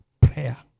prayer